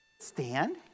stand